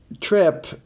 Trip